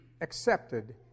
accepted